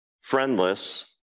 friendless